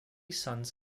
sons